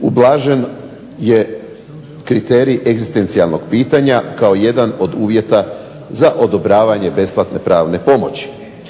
ublažen je kriterij egzistencijalnog pitanja kao jedan od uvjeta za odobravanje besplatne pravne pomoći.